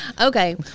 Okay